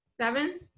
seven